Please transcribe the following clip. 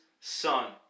Son